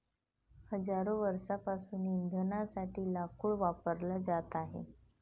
हजारो वर्षांपासून इंधनासाठी लाकूड वापरला जात आहे